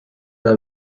alla